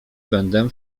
będę